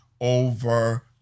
over